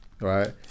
right